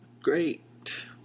great